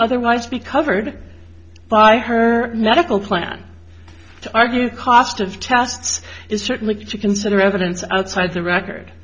otherwise be covered by her medical plan to argue cost of tests is certainly to consider evidence outside the record